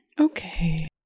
Okay